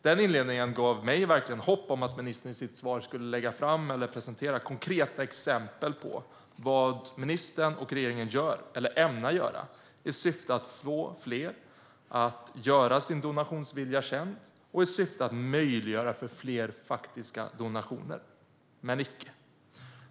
Denna inledning gav mig verkligen hopp om att ministern i sitt svar skulle lägga fram eller presentera konkreta exempel på vad ministern och regeringen gör eller ämnar göra i syfte att få fler att göra sin donationsvilja känd och i syfte att möjliggöra fler faktiska donationer, men icke.